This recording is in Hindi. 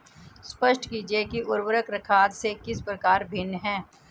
स्पष्ट कीजिए कि उर्वरक खाद से किस प्रकार भिन्न है?